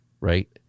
right